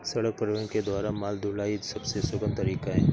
सड़क परिवहन के द्वारा माल ढुलाई सबसे सुगम तरीका है